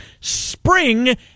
spring